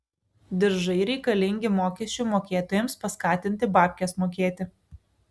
diržai reikalingi mokesčių mokėtojams paskatinti babkes mokėti